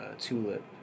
tulip